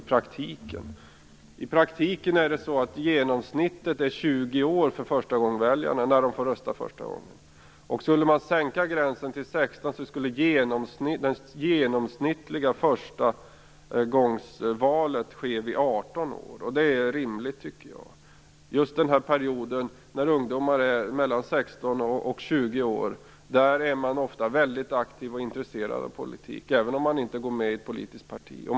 I praktiken är förstagångsväljarna i genomsnitt 20 år när de får rösta första gången. Skulle man sänka gränsen till 16 år skulle den genomsnittliga åldern vid förstagångsvalet vara 18 år. Det är rimligt, tycker jag. Just i den här perioden, när ungdomar är mellan 16 och 20 år, är de ofta mycket aktiva och intresserade av politik, även om de inte går med i ett politiskt parti.